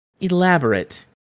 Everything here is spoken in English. elaborate